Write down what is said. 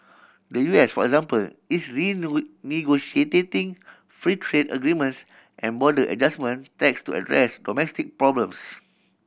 the U S for example is free trade agreements and border adjustment tax to address domestic problems